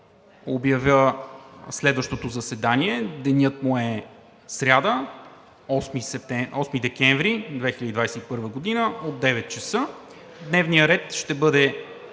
обявя следващото заседание – денят му е сряда, 8 декември 2021 г., от 9,00 ч. Дневният ред ще бъде